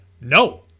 no